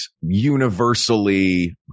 universally